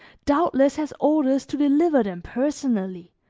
doubtless has orders to deliver them personally,